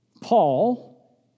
Paul